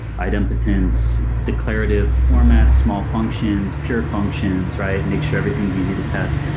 idempotence, declarative format, small functions, pure functions, right? make sure everything is easy to test.